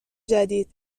جدید